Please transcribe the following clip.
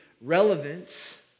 relevance